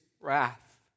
wrath